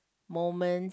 moment